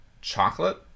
chocolate